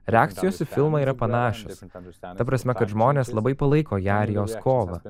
reakcijos į filmą yra panašios ta prasme kad žmonės labai palaiko ją ir jos kovą